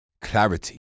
Clarity